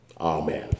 amen